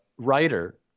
writer